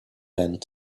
end